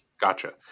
Gotcha